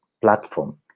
platform